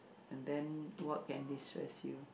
and then what can destress you